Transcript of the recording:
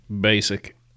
Basic